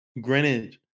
Greenwich